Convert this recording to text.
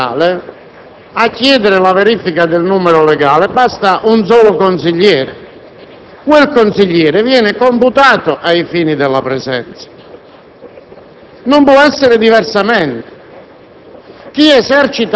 Signor Presidente, secondo la legge comunale e provinciale per chiedere la verifica del numero legale basta un solo consigliere. Quel consigliere viene computato ai fini della presenza.